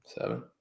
Seven